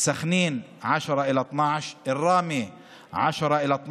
עכשיו 12%; סח'נין, 10% עכשיו 12%; ראמה, 10%,